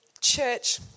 church